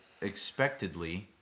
expectedly